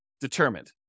determined